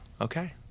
okay